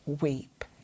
weep